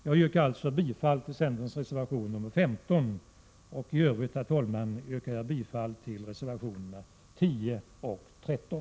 Jag yrkar bifall till centerns reservation 15. 1 I övrigt vill jag yrka bifall till reservationerna 10 och 13.